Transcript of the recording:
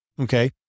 okay